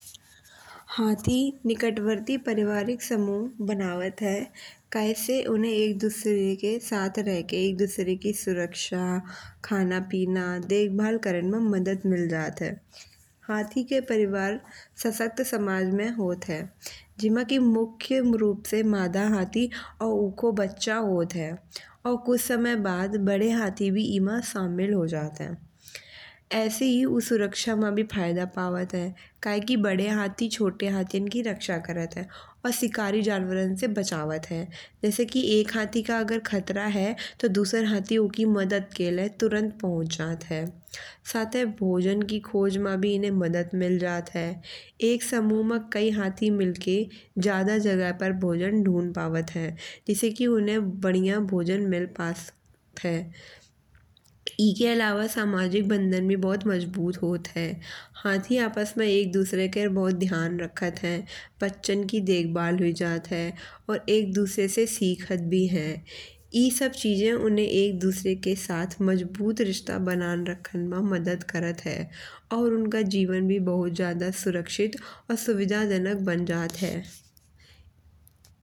हाथी निकटवर्ती पारिवारिक समुदाय बनावत है। काय से उन्हे एक दूसरे के साथ रह के एक दूसरे की सुरक्षा खाना पीना देखभाल करन मा मदद मिल जात है। हाथी के परिवार सशक्त समाज मा होत है। जिमा की मुख्य रूप से मादा हाथी और उको बच्चा होत है। और कुछ समय बाद बड़े हाथी भी इमा शामिल हो जात है। ऐसे ही ऊ सुरक्षा मा भी फायदा पावत है। काय के बड़े हाथी छोटे हाथिन की रक्षा करत है। और शिकारी जनवारन से बचावत है। जैसे की एक हाथी का अगर खतरा है तो दुसर हाथी उकी मदद के लाये पहुँच जात है। साथे भोजन की खोज मा भी मदद मिल जात है। एक समूह मा कई हाथी मिल के ज्याद जगह पे भोजन ढूंढ पावत है। जिसे की उन्हे बढ़िया भोजन मिल पाठ है। एके अलावा सामाजिक बंधन भी बहुत मजबूत होत है। हाथी आपस मा एक दूसरे के बहुत ध्यान रखत है। बच्चन की देखबाल हुई जा है। और एक दूसरे से सीखत भी है। ई सब चीजे उन्हे एक दूसरे के साथ मजबूत रिश्ता बनान राखन मा मदद करत है। और उनका जीवन भी बहुत ज्यादा सुरक्षित और सुविधाजनक बन जात है।